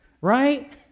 right